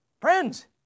friends